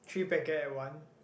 three packet at one